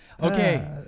Okay